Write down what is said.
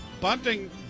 Bunting